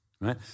right